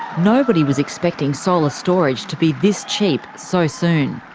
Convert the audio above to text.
nobody was expecting solar storage to be this cheap so soon.